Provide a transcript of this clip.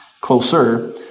closer